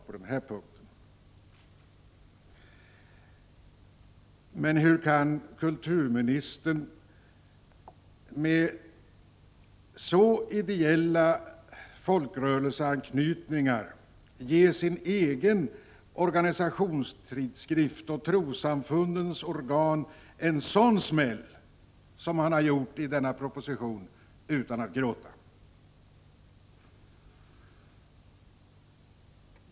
Hur kan då kulturministern med sin anknytning till de ideella folkrörelserna ge sin egen organisations tidskrift och trossamfundens organ en sådan smäll som han tydligen har tillfogat dem i sin proposition? Han har dessutom gjort det utan att gråta.